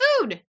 food